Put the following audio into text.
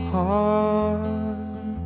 Heart